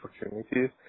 opportunities